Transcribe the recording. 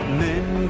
men